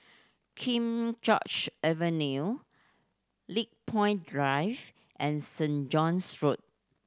King George Avenue Lakepoint Drive and Saint John's Road